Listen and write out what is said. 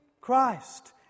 Christ